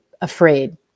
afraid